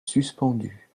suspendue